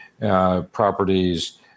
properties